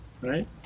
Right